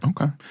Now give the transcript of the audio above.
Okay